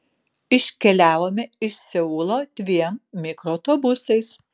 iškeliavome iš seulo dviem mikroautobusais